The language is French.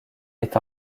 est